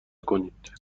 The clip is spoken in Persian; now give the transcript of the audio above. کنید